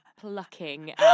plucking